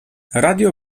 radio